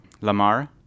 Lamar